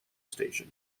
station